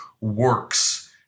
works